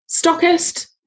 stockist